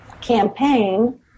campaign